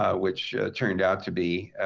ah which turned out to be